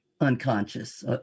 unconscious